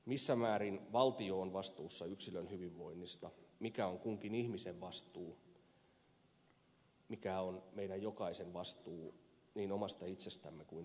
missä määrin valtio on vastuussa yksilön hyvinvoinnista mikä on kunkin ihmisen vastuu mikä on meidän jokaisen vastuu niin omasta itsestämme kuin lähiyhteisöstämme